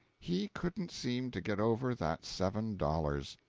he couldn't seem to get over that seven dollars.